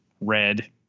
red